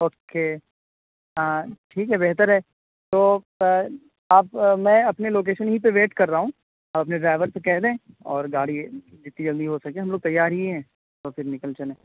okay ٹھیک ہے بہتر ہے تو میں اپنے لوکیشن ہی پہ ویٹ کر رہا ہوں اپنے ڈرائیور کو کہہ دیں اور گاڑی جتنی جلدی ہوسکے ہم لوگ تیار ہی ہیں تو پھر نکل چلیں